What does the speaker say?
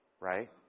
right